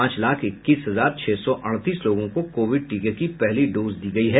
पांच लाख इक्कीस हजार छह सौ अड़तीस लोगों को कोविड टीके की पहली डोज दी जा चुकी है